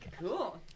Cool